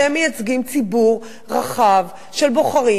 אתם מייצגים ציבור רחב של בוחרים.